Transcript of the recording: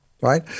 right